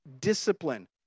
discipline